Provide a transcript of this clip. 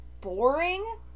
boring